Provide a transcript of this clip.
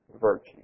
virtue